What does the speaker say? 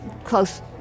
close